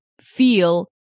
feel